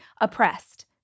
oppressed